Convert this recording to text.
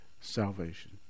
salvation